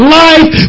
life